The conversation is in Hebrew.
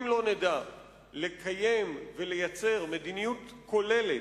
אם לא נדע לקיים ולייצר מדיניות כוללת,